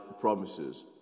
promises